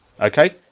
okay